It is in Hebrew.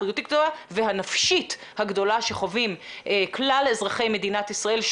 הבריאותית הגדולה והנפשית הגדולה שחווים כלל אזרחי מדינת ישראל,